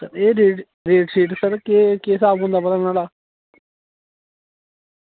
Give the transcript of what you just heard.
ते एह् रेट शेट मतलब केह् स्हाब होंदा अपना न्हाड़ा